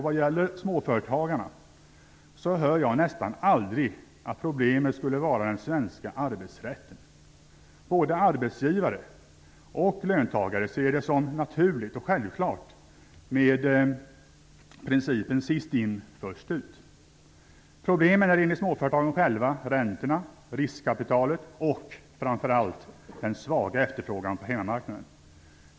Vad gäller småföretagarna hör jag nästan aldrig att problemet skulle vara den svenska arbetsrätten. Både arbetsgivare och löntagare ser det som naturligt och självklart med principen sist in - först ut. Problemen är enligt småföretagarna själva räntorna, riskkapitalet och framför allt den svaga efterfrågan på hemmamarknaden.